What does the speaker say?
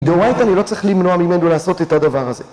מדאורייתא אני לא צריך למנוע ממנו לעשות את הדבר הזה.